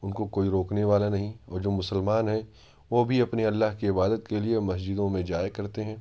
ان کو کوئی روکنے والا نہیں اور جو مسلمان ہیں وہ بھی اپنے اللہ کی عبادت کے لیے مسجدوں میں جایا کرتے ہیں